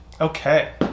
Okay